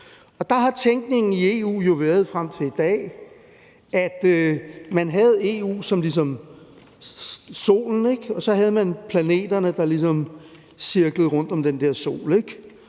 Og der har tænkningen i EU jo været frem til i dag, at man havde EU, der var solen, og så havde man planeterne, der ligesom cirklede rundt om den der sol,